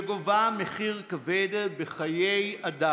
שגובה מחיר כבד בחיי אדם.